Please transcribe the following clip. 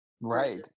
Right